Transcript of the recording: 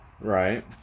Right